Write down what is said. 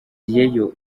ibintu